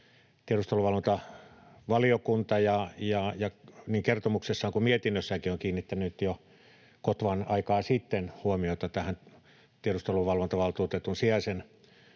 Tiedusteluvalvontavaliokunta niin kertomuksessaan kuin mietinnössäänkin on kiinnittänyt jo kotvan aikaa sitten huomiota tähän tiedusteluvalvontavaltuutetun sijaisen